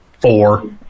four